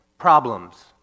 problems